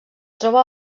troba